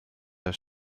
der